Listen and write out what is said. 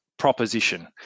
proposition